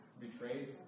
betrayed